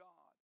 God